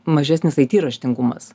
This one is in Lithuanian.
mažesnis ai ty raštingumas